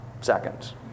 seconds